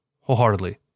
wholeheartedly